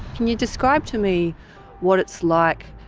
can you describe to me what it's like,